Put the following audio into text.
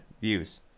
views